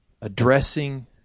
addressing